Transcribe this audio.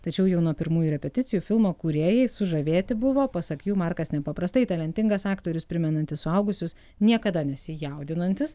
tačiau jau nuo pirmųjų repeticijų filmo kūrėjai sužavėti buvo pasak jų markas nepaprastai talentingas aktorius primenantis suaugusius niekada nesijaudinantis